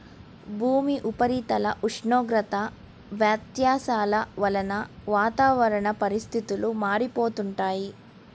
భూమి ఉపరితల ఉష్ణోగ్రత వ్యత్యాసాల వలన వాతావరణ పరిస్థితులు మారిపోతుంటాయి